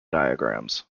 diagrams